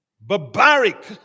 barbaric